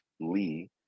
Lee